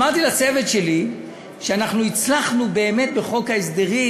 אמרתי לצוות שלי שאנחנו הצלחנו באמת בחוק ההסדרים,